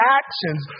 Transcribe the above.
actions